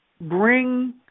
bring